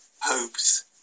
hopes